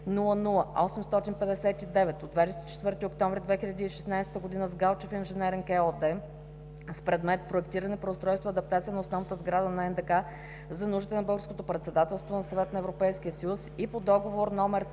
Т-00859 от 24 октомври 2016 г., с „Галчев инженеринг“ ЕООД с предмет: „Проектиране, преустройство и адаптация на основната сграда на НДК за нуждите на Българското председателство на Съвета на Европейския съюз и по договор № Т